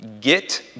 Get